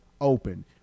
open